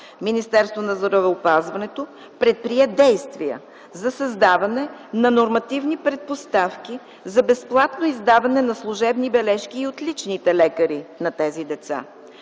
Министерството на здравеопазването предприе действия за създаване на нормативни предпоставки за безплатно издаване на служебни бележки и от личните лекари на тези деца.